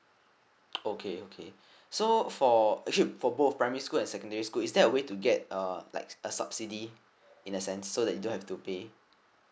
okay okay so for actually for both primary school and secondary school is there a way to get a like a subsidy in a sense so that you don't have to pay